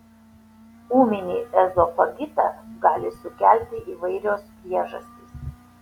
ūminį ezofagitą gali sukelti įvairios priežastys